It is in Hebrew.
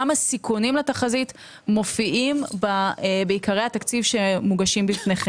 גם הסיכונים לתחזית מופיעים בעיקרי התקציב שמוגשים בפניכם.